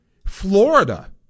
Florida